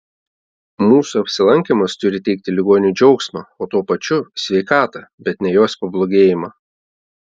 mūsų apsilankymas turi teikti ligoniui džiaugsmą o tuo pačiu sveikatą bet ne jos pablogėjimą